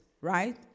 right